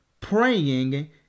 praying